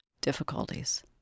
difficulties